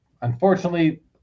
Unfortunately